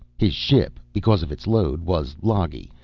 his ship, because of its load, was loggy,